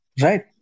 Right